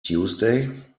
tuesday